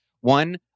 one